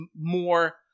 more